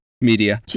Media